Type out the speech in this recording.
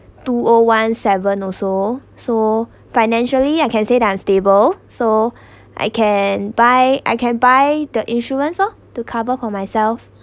two O one seven also so financially I can say that I'm stable so I can buy I can buy the insurance lor to cover for myself